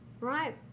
Right